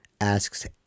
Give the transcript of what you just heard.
asks